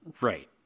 Right